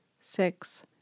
six